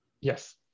Yes